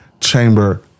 Chamber